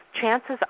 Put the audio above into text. chances